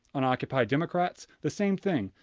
on occupy democrats, the same thing.